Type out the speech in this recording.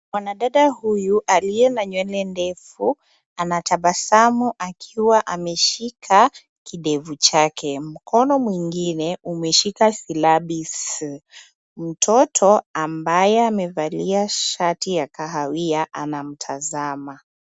Wanadada huyu aliye na nywele ndefu anatabasamu akiwa ameshika kidevu chake. Mkono mwingine umeshika silabi S. Mtoto ambaye amevalia shati la kahawia anamtazama.